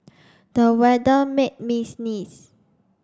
the weather made me sneeze